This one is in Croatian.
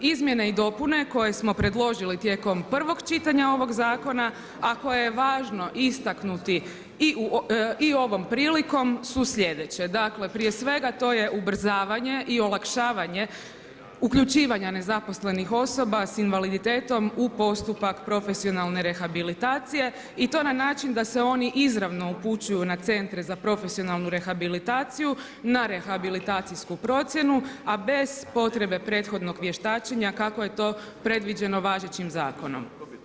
Izmjene i dopune koje smo predložili tijekom prvog čitanja ovog zakona, a koje je važno istaknuti i ovom prilikom su sljedeće, dakle prije svega to je ubrzavanje i olakšavanje uključivanja nezaposlenih osoba s invaliditetom u postupak profesionalne rehabilitacije i to na način da se oni izravno upućuju na centre za profesionalnu rehabilitaciju na rehabilitacijsku procjenu, a bez potrebe prethodnog vještačenja kako je to predviđeno važećim zakonom.